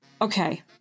Okay